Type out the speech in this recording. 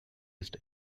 east